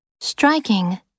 Striking